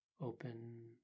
Open